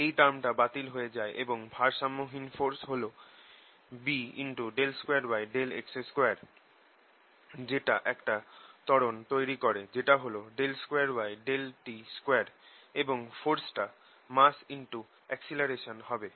এই টার্মটা বাতিল হয়ে যায় এবং ভারসাম্যহীন ফোরস হল B2yx2 যেটা একটা ত্বরণ তৈরি করে যেটা হল 2yt2 এবং ফোরস টা massaaceleration হবে